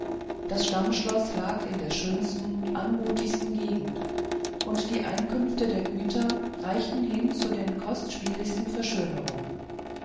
das stammschloß lag in der schönsten anmutigsten gegend und die einkünfte der güter reichten hin zu den kostspieligsten verschönerungen